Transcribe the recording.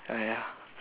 ah ya